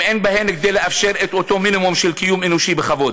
אם אין בהן כדי לאפשר את אותו מינימום של קיום אנושי בכבוד?